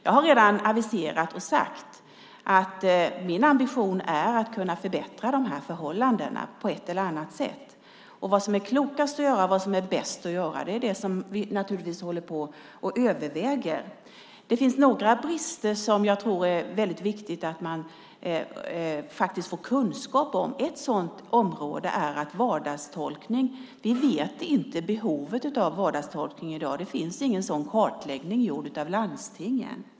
Jag har redan aviserat att min ambition är att förbättra förhållandena på ett eller annat sätt. Vad som är klokast och bäst att göra är det som vi naturligtvis överväger. Det finns några brister som jag tror är viktiga att få kunskap om. Ett sådant område är vardagstolkning. Vi känner inte till behovet av vardagstolkning i dag. Det finns ingen sådan kartläggning gjord av landstingen.